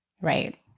right